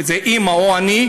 אימא או אני,